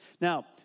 Now